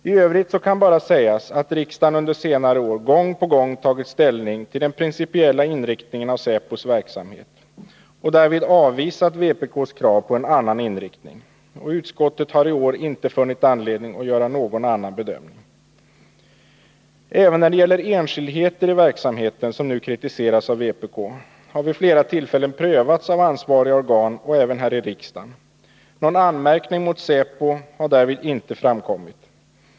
Tövrigt kan bara sägas att riksdagen under senare år gång på gång har tagit ställning till den principiella inriktningen av säkerhetspolisens verksamhet och därvid avvisat vpk:s krav på en annan inriktning. Utskottet har i år inte funnit anledning att göra någon annan bedömning. Även enskildheter i verksamheten, som nu kritiseras av vpk, har vid flera tillfällen prövats av ansvariga organ och även här i riksdagen. Någon anmärkning mot säkerhetspolisen har därvid inte framkommit.